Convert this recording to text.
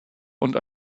und